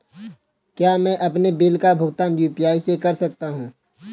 क्या मैं अपने बिल का भुगतान यू.पी.आई से कर सकता हूँ?